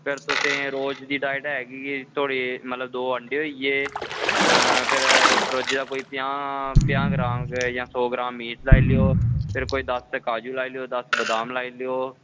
ते थुआढ़ी रोज़ दी डाईट ऐ केह् ऐ मतलब थोह्ड़े दौ रोज़ दे दौ अंडे होई गे ते रोज़ै दा कोई पंजाह् सौ ग्राम मीट होइया फिर कोई दस्स काजू लाई लैओ दस्स बादाम लाई लैओ